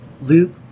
Luke